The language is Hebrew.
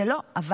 אבל זה לא הצליח.